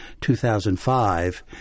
2005